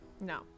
No